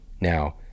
Now